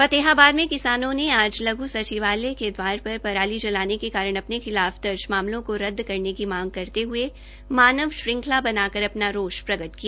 फतेहाबाद में किसानों ने आज लघु सचिवालयच के द्वार पर पराली जलाने के कारण अपने खिलाफ दर्ज मामलों को रद्द करने की मांग करते हुए मानव श्रंखला बनाकर अपना रोष प्रकट किया